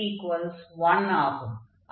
p 1 ஆகும்